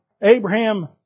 Abraham